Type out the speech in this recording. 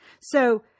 So-